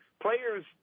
Players